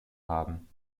haben